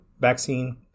vaccine